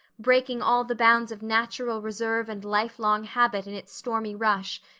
breaking all the bounds of natural reserve and lifelong habit in its stormy rush,